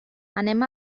anem